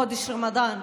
חודש הרמדאן.